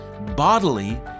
bodily